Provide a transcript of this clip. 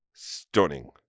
stunning